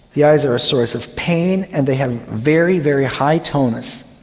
the eyes are a source of pain and they have very, very high tonus.